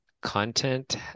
content